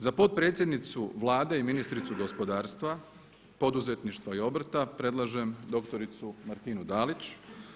Za potpredsjednicu Vlade i ministricu gospodarstva, poduzetništva i obrta predlažem doktoricu Martinu Dalić.